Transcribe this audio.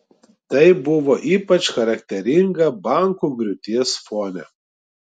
tai buvo ypač charakteringa bankų griūties fone